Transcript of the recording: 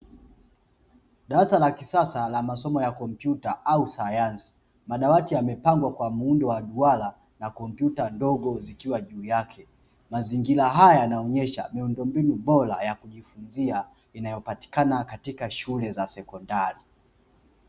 Darasa la kisasa la masomo ya kompyuta au sayansi, madawati yamepangwa kwa muundo wa duara na kompyuta ndogo zikiwa juu yake. Mazingira haya yanaonyesha miundombinu bora ya kujifunzia inayopatikana katika shule za sekondari.